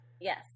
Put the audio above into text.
Yes